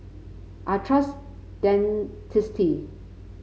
I trust Dentiste